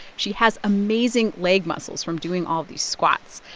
she has amazing leg muscles from doing all these squats.